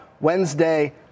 Wednesday